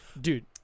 dude